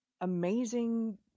amazing